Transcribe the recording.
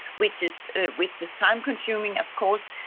which is which is time-consuming of course.